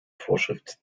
vorschrift